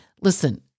listen